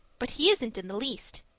but he isn't in the least.